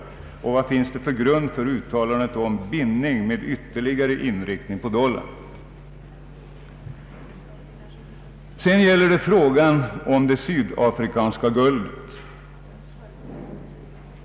Och vad finns det för grund för uttalandet om bindning med ytterligare inriktning på dollarn? Sedan gäller det frågan om det sydaf rikanska guldet.